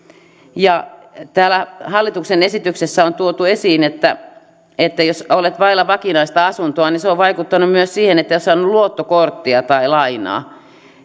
täällä hallituksen esityksessä on tuotu esiin että jos on vailla vakinaista asuntoa niin se on vaikuttanut myös siihen että ei ole saanut luottokorttia tai lainaa